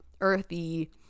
earthy